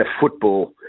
football